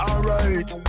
Alright